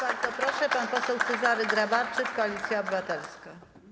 Bardzo proszę, pan poseł Cezary Grabarczyk, Koalicja Obywatelska.